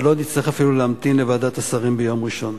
ולא נצטרך אפילו להמתין לוועדת השרים ביום ראשון.